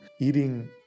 eating